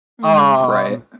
Right